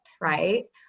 right